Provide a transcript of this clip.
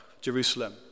Jerusalem